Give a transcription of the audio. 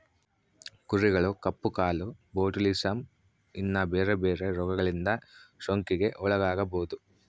ಕುರಿಗಳು ಕಪ್ಪು ಕಾಲು, ಬೊಟುಲಿಸಮ್, ಇನ್ನ ಬೆರೆ ಬೆರೆ ರೋಗಗಳಿಂದ ಸೋಂಕಿಗೆ ಒಳಗಾಗಬೊದು